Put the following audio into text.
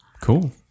cool